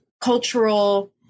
cultural